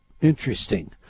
Interesting